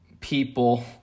people